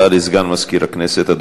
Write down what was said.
הודעה לסגן מזכירת הכנסת.